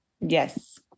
Yes